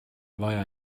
vaja